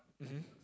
mmhmm